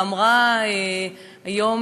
אמרה היום,